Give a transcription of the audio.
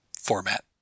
format